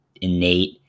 innate